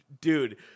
Dude